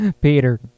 Peter